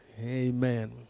Amen